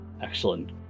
Excellent